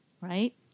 right